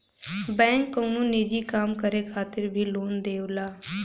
bank कउनो निजी काम करे खातिर भी लोन देवला